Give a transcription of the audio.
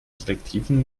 selektiven